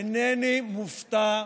אינני מופתע,